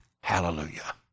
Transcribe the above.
Hallelujah